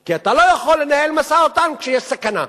כי אתה לא יכול לנהל משא-ומתן כשיש סכנה ביטחונית.